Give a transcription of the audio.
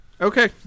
Okay